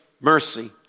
mercy